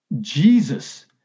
Jesus